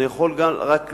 אני יכול להגיד,